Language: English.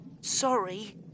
Sorry